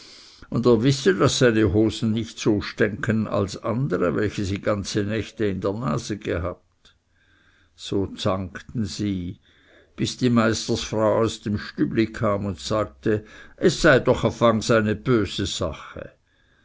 und er wisse daß seine hosen nicht so stänken als andere welche sie ganze nächte in der nase gehabt so zankten sie bis die meisterfrau aus dem stübli kam und sagte es sei doch afange eine böse sache